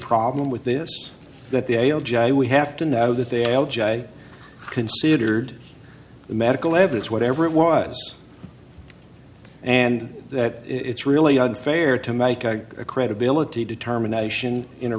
problem with this that the we have to know that they are considered the medical evidence whatever it was and that it's really unfair to make a credibility determination in